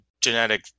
genetic